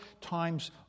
times